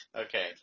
Okay